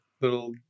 little